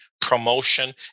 promotion